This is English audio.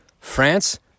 France